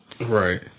Right